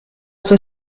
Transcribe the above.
sua